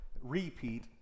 repeat